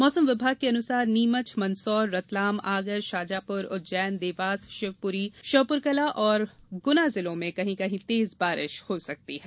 मौसम विभाग के अनुसार नीमच मंदसौर रतलाम आगर शाजापुर उज्जैन देवास शिवपुरी श्योपुरकला और गुना जिले में कहीं कहीं तेज बारिश हो सकती है